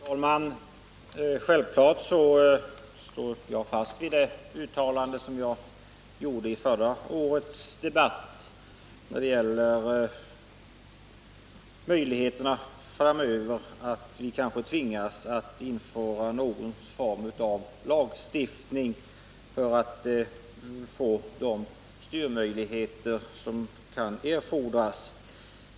Fru talman! Självfallet står jag fast vid det uttalande som jag gjorde i förra årets debatt när det gällde en eventuell lagstiftning om etableringskontroll.